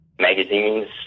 magazines